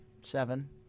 seven